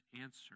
answer